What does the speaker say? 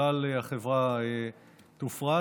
כלל החברה תופרט.